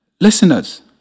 Listeners